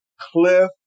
Cliff